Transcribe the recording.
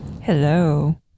Hello